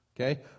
okay